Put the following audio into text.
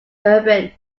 urban